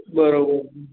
બરાબર